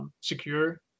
secure